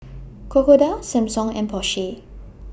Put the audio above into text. Crocodile Samsung and Porsche